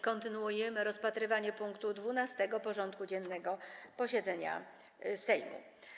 Kontynuujemy rozpatrywanie punktu 12. porządku dziennego posiedzenia Sejmu.